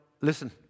listen